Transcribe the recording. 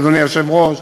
אדוני היושב-ראש,